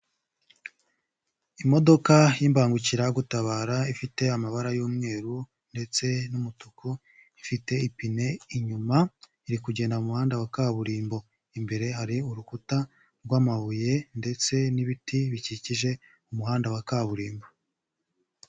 Imodoka y'imbangukiragutabara ifite amabara y'umweru ndetse n'umutuku, ifite ipine inyuma iri kugenda mu muhanda wa kaburimbo imbere hari urukuta rw'amabuye ndetse n'ibiti bikikije umuhanda wa kaburimbo.